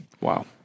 Wow